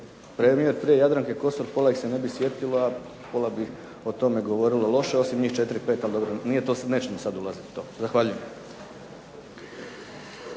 premijer prije Jadranke Kosor pola ih se ne bi sjetilo, a pola bi o tome govorilo loše osim njih 4, 5 pa dobro nećemo sad ulaziti u to. Zahvaljujem.